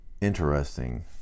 interesting